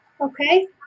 Okay